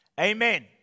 Amen